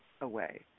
away